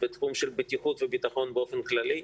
בתחום של בטיחות וביטחון באופן כללי.